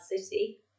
City